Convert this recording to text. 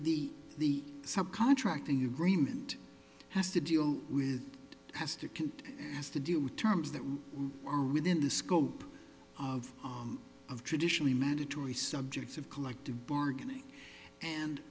the the sub contractor new agreement has to deal with has to can has to do with terms that are within the scope of of traditionally mandatory subjects of collective bargaining and